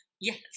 Yes